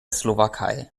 slowakei